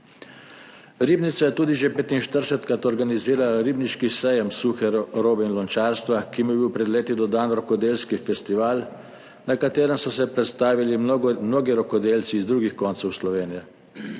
Ribnica je tudi že 45-krat organizirala ribniški sejem suhe robe in lončarstva, ki mu je bil pred leti dodan rokodelski festival, na katerem so se predstavili mnogi rokodelci iz drugih koncev Slovenije.